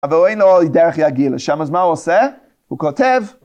אבל הוא אין לו דרך להגיע לשם, אז שם אז מה הוא עושה? הוא כותב.